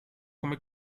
come